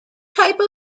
type